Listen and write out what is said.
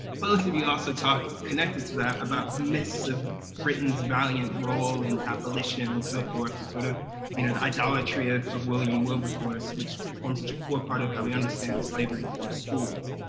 both of you also talk connected to that about myths of britain's valiant role in abolition and so forth, and sort of you know the idolatry of of william wilberforce, which forms such a core part of how we understand slavery through schools.